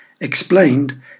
explained